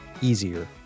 easier